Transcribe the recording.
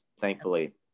thankfully